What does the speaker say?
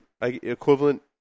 equivalent